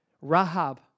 Rahab